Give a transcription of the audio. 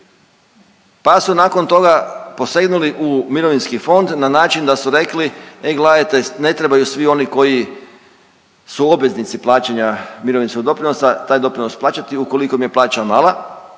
pa su nakon toga posegnuli u mirovinski fond na način da su rekli, e gledajte ne trebaju svi oni koji su obveznici plaćanja mirovinskog doprinosa taj doprinos plaćati ukoliko im je plaća mala,